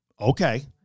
okay